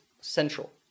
central